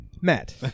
Matt